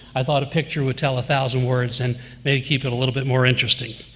i thought a picture would tell a thousand words, and maybe keep it a little bit more interesting.